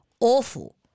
Awful